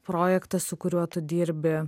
projektas su kuriuo tu dirbi